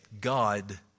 God